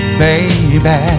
baby